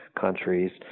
countries